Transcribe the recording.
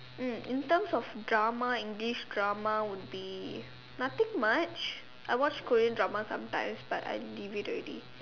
mm in terms of drama English drama would be nothing much I watch Korean drama sometimes but I deviate already